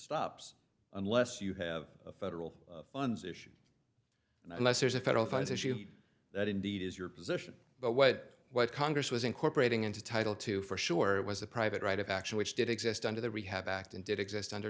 stops unless you have federal funds issue unless there's a federal funds issue that indeed is your position but what what congress was incorporating into title two for sure it was a private right of action which did exist under the rehab act and did exist under